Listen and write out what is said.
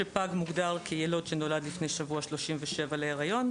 שפג מוגדר כילוד שנולד לפני השבוע ה-37 להריון,